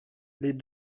les